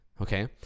okay